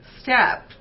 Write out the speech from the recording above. step